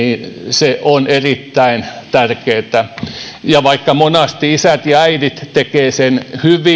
näin on erittäin tärkeää ja vaikka monasti isät ja äidit tekevät sen hyvin niin